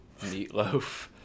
meatloaf